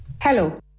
Hello